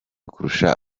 kurusha